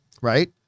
right